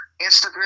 Instagram